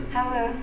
Hello